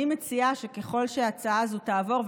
אני מציעה שככל שההצעה הזאת תעבור,